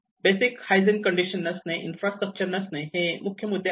basic hygiene condition नसणे infrastructure नसणे हे मुख्य मुद्दे आहेत